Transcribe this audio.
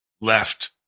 Left